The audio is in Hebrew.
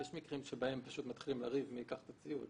יש מקרים בהם פשוט מתחילים לריב מי ייקח את הציוד.